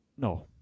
No